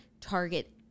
target